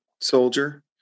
soldier